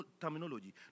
terminology